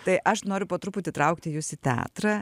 tai aš noriu po truputį traukti jus į teatrą